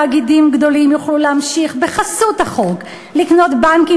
תאגידים גדולים יוכלו בחסות החוק להמשיך לקנות בנקים